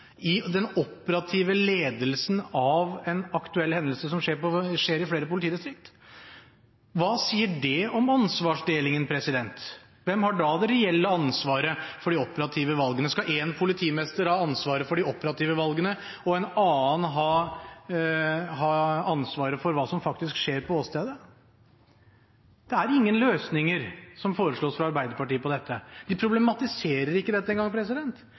i den operative ledelsen av en aktuell hendelse som skjer i flere politidistrikt? Hva sier det om ansvarsdelingen? Hvem har da det reelle ansvaret for de operative valgene? Skal én politimester ha ansvaret for de operative valgene og en annen ha ansvaret for hva som faktisk skjer på åstedet? Det foreslås ingen løsninger fra Arbeiderpartiet på dette. De problematiserer ikke dette en gang.